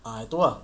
ah tu ah